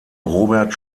robert